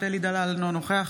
אינו נוכח